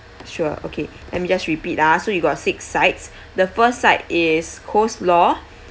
sure okay let me just repeat ah so you got six sides the first side is coleslaw